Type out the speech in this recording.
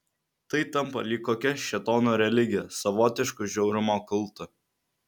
tai tampa lyg kokia šėtono religija savotišku žiaurumo kultu